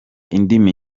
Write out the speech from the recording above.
indimi